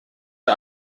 der